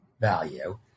value